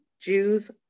Jews